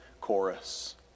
chorus